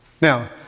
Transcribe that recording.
Now